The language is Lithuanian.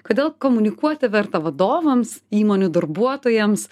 kodėl komunikuoti verta vadovams įmonių darbuotojams